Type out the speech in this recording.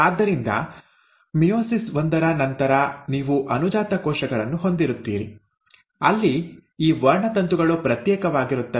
ಆದ್ದರಿಂದ ಮಿಯೋಸಿಸ್ ಒಂದರ ನಂತರ ನೀವು ಅನುಜಾತ ಕೋಶಗಳನ್ನು ಹೊಂದಿರುತ್ತೀರಿ ಅಲ್ಲಿ ಈ ವರ್ಣತಂತುಗಳು ಪ್ರತ್ಯೇಕವಾಗಿರುತ್ತವೆ